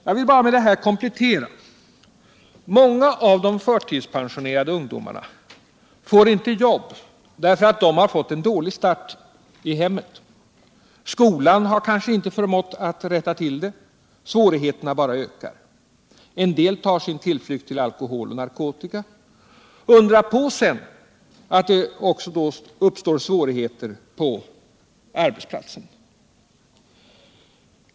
Jag vill med detta bara komplettera bilden: Många av de förtidspensionerade ungdomarna får inte jobb därför att de har fått en dålig start i hemmet. Skolan har kanske inte förmått rätta till det. Svårigheterna bara ökar. En del tar sin tillflykt till alkohol och narkotika. Undra sedan på att det också uppstår svårigheter på arbetsplatsen!